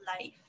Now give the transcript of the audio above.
life